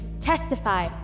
testify